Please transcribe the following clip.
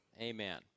Amen